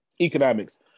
Economics